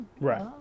Right